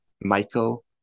Michael